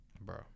Bro